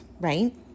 right